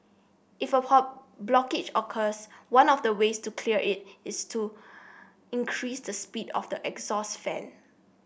if a blockage occurs one of the ways to clear it is to increase the speed of the exhaust fan